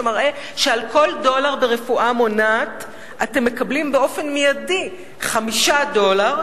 שמראה שעל כל דולר ברפואה מונעת אתם מקבלים באופן מיידי 5 דולר,